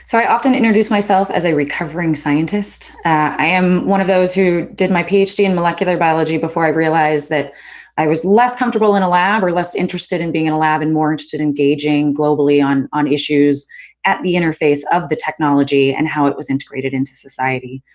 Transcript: so i often introduce myself as a recovering scientist. i am one of those who did my ph d. in molecular biology before i realized that i was less comfortable in a lab, or less interested in being in a lab, and more interested in engaging globally on on issues at the interface of the technology and how it was integrated into society.